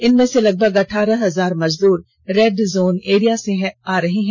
इनमें से लगभग अठारह हजार मजदूर रेड जोन एरिया से आ रहे हैं